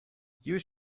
you